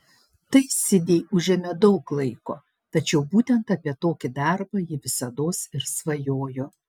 tai sidei užėmė daug laiko tačiau būtent apie tokį darbą ji visados ir svajojo